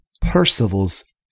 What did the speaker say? Percival's